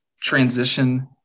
transition